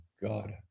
God